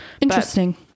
interesting